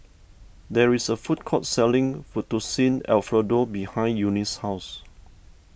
there is a food court selling Fettuccine Alfredo behind Eunice's house